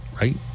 right